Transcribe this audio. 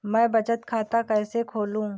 मैं बचत खाता कैसे खोलूं?